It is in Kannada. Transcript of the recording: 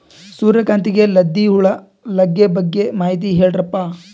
ಸೂರ್ಯಕಾಂತಿಗೆ ಲದ್ದಿ ಹುಳ ಲಗ್ಗೆ ಬಗ್ಗೆ ಮಾಹಿತಿ ಹೇಳರಪ್ಪ?